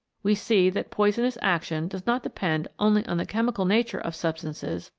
we see that poisonous action does not depend only on the chemical nature of substances,